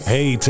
Hey